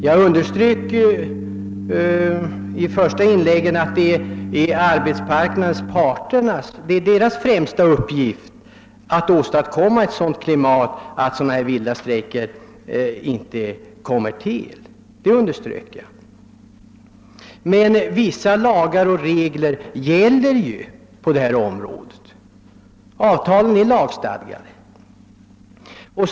Jag underströk i mitt första inlägg att arbetsmarknadsparternas främsta uppgift är att åstadkomma ett sådant klimat att vilda strejker inte uppstår. Vissa lagar och regler gäller emellertid på detta område, och det finns lagstadganden om avtalen.